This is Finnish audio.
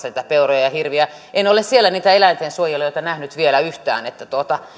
niitä peuroja ja hirviä en ole siellä niitä eläintensuojelijoita nähnyt vielä yhtään